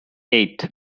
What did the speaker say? eight